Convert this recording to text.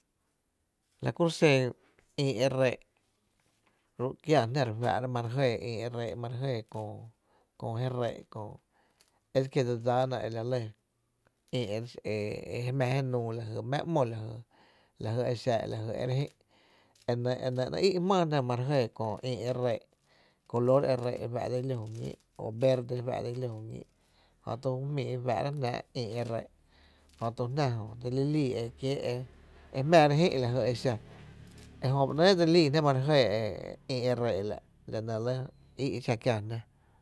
La kuro’ xen ï e ree’, ru’ kiáá jná re fá’ra ma re jɇɇ ï e ree’, ma re jɇɇ köö jé ree’ köö es que dse dsáána e la lɇ ï e jé mⱥⱥ je nuu lajy mⱥⱥ ‘mo lajy e xa a jy e re jï’, nɇ ‘nɇɇ’ í’ e jmⱥⱥ jná ema re jɇɇ köö ï e ree’ color e ree’ fa´’ dsa i ló juñíi’ i verde fa´dsa i ló juñíi’ jötu ju jmíi fáá’ra’ jnáá’ ï e ree’ jö tu jná jö dse li lii e jmáá re jï’ lajy e xa ejö ba ‘nɇɇ’ e dse li lii jná e ma re jɇɇ ï e ree’ la nɇ re lɇ í’ e xa kiáá jná.